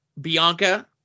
Bianca